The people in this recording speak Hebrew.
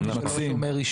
גם אם אני לא שומר רשמית,